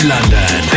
London